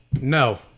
No